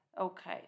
Okay